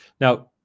Now